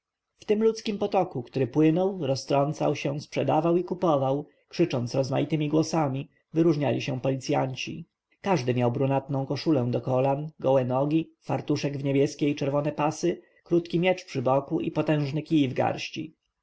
tym ludzkim potoku który płynął roztrącał się sprzedawał i kupował krzycząc rozmaitemi głosami wyróżniali się policjanci każdy miał brunatną koszulę do kolan gołe nogi fartuszek w niebieskie i czerwone pasy krótki miecz przy boku i potężny kij w garści